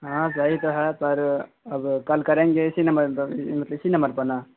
ہاں صحیح تو ہے پر اگر کل کریں گے اسی نمبر پر اسی نمبر پر نا